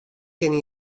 kinne